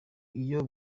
iyo